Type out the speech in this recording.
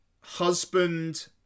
husband